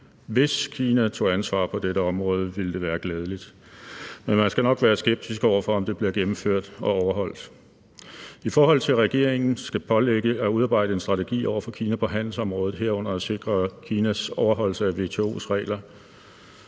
Hvis Kina tog ansvar på dette område, ville det være glædeligt. Men man skal nok være skeptisk over for, om det bliver gennemført og overholdt, i forhold til at regeringen skal pålægges at udarbejde en strategi over for Kina på handelsområdet, herunder at sikre Kinas overholdelse af WTO's regler.